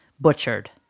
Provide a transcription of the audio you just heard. butchered